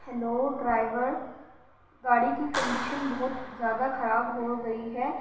hello driver گاڑی کی condition بہت زیادہ خراب ہو گئی ہے